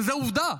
וזו עובדה,